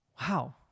Wow